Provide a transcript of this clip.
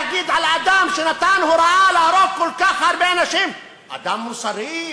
להגיד על אדם שנתן הוראה להרוג כל כך הרבה אנשים "אדם מוסרי",